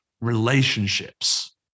relationships